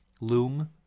loom